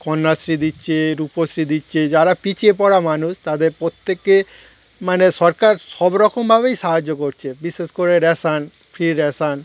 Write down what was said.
কন্যাশ্রী দিচ্ছে রূপশ্রী দিচ্ছে যারা পিছিয়ে পড়া মানুষ তাদের প্রত্যেককে মানে সরকার সব রকমভাবেই সাহায্য করছে বিশেষ করে রেশান ফ্রি রেশন